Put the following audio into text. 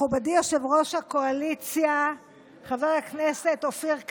מכובדי יושב-ראש הקואליציה חבר הכנסת אופיר כץ,